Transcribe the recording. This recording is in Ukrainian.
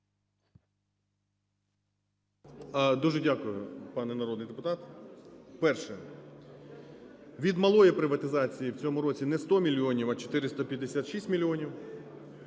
Дуже дякую, пане народний депутат. Перше. Від малої приватизації в цьому році не 100 мільйонів, а 456 мільйонів.